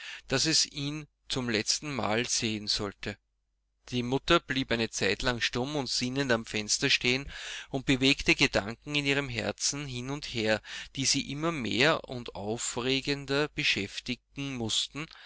daß es ihn zum letzten male sehen sollte die mutter blieb eine zeitlang stumm und sinnend am fenster stehen und bewegte gedanken in ihrem herzen hin und her die sie immer mehr und aufregender beschäftigen mußten